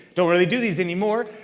don't really do these anymore,